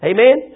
Amen